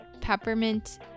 peppermint